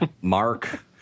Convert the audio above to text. Mark